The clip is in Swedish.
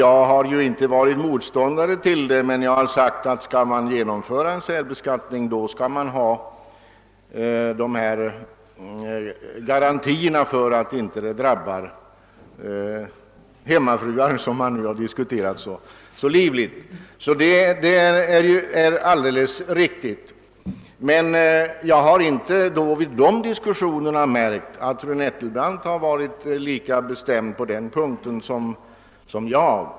Jag har inte varit motståndare till en sådan reform, men jag har hävdat att man, om man genomför en särbeskattning, också skall ha garantier för att den inte drabbar hemmafruarna, vilka har diskuterats så livligt den senaste tiden. Jag har emellertid inte vid våra diskussioner kunnat finna att fru Nettelbrandt varit lika bestämd på denna punkt som jag.